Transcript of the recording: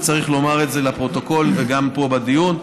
וצריך לומר את זה לפרוטוקול וגם פה בדיון.